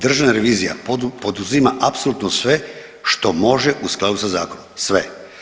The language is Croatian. Državna revizija poduzima apsolutno sve što može u skladu sa zakonom, sve.